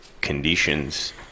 conditions